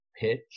pitch